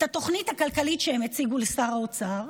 את התוכנית הכלכלית שהם הציגו לשר האוצר,